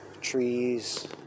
trees